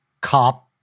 cop